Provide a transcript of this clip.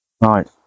right